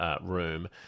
room